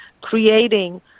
creating